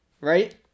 right